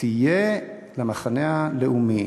תהיה למחנה הלאומי